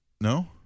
No